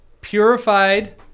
purified